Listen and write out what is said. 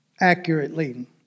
accurately